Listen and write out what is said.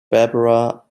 barbara